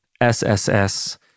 SSS